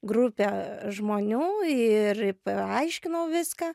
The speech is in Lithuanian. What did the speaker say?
grupę žmonių ir paaiškinau viską